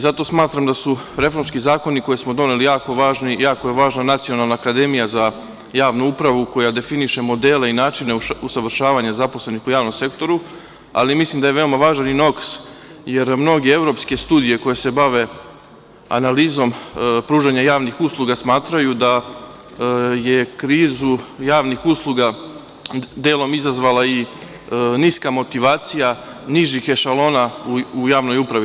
Zato smatram da su reformski zakoni koje smo doneli jako važni, jako je važna Nacionalna akademija za javnu upravu koja definiše modele i načine usavršavanja zaposlenih u javnom sektoru, ali mislim da je veoma važan i NOKS, jer mnoge evropske studije koje se bave analizom pružanja javnih usluga smatraju da je krizu javnih usluga delom izazvala i niska motivacija nižih ešalona u javnoj upravi.